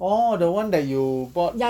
orh the [one] that you bought